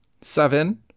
Seven